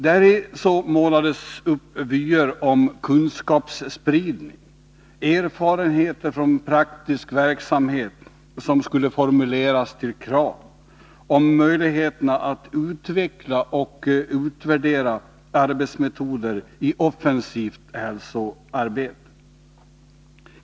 Däri målades upp vyer med kunskapsspridning, med erfarenheter från praktisk verksamhet som skulle formuleras till krav, och med möjligheter att utveckla och utvärdera arbetsmetoder i offensivt hälsoarbete.